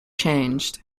changed